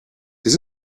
this